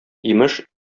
имеш